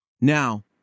Now